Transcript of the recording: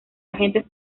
agentes